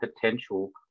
potential